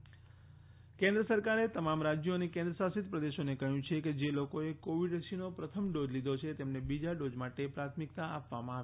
કેન્દ્ર સરકાર ક્રોવિડ રસીકરણ કેન્દ્ર સરકારે તમામ રાજ્યો અને કેન્દ્ર શાસિત પ્રદેશોને કહયું છે કે જે લોકોએ કોવિડ રસીનો પ્રથમ ડોઝ લીધો છે તેમને બીજા ડોઝ માટે પ્રાથમિકતા આપવામાં આવે